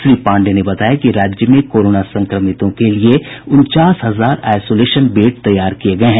श्री पांडेय ने बताया कि राज्य में कोरोना संक्रमितों को लिए उनचास हजार आईसोलेशन बेड तैयार किये गये हैं